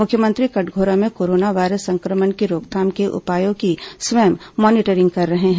मुख्यमंत्री कटघोरा में corona virus संक्रमण की रोकथाम के उपायों की स्वयं मॉनिटरिंग कर रहे हैं